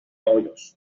hoyos